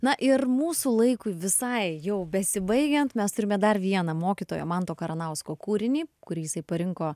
na ir mūsų laikui visai jau besibaigiant mes turime dar vieną mokytojo manto karanausko kūrinį kurį jisai parinko